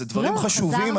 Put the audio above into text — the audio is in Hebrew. אלה דברים חשובים --- לא,